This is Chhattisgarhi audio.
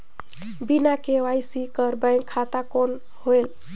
बिना के.वाई.सी कर बैंक खाता कौन होएल?